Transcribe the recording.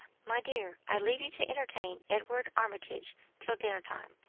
my dear, i leave you to entertain edward armitage till dinner time,